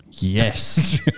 yes